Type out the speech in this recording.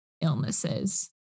illnesses